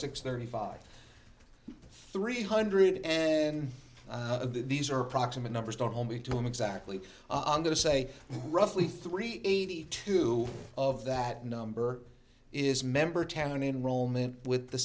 six thirty five three hundred and these are approximate numbers don't hold me to them exactly i'm going to say roughly three eighty two of that number is member town enrollment with the